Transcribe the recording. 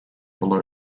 below